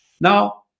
Now